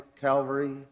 Calvary